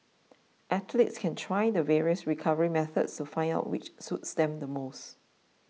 athletes can try the various recovery methods to find out which suits them the most